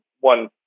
one